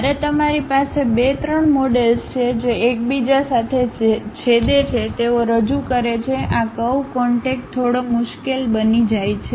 જ્યારે તમારી પાસે બે ત્રણ મોડેલ્સ છે જે એકબીજા સાથે છેદે છે તેઓ રજૂ કરે છે આ કરવ કોન્ટેક થોડો મુશ્કેલ બની જાય છે